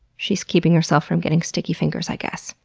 she's keeping herself from getting sticky fingers, i guess.